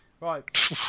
Right